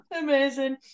amazing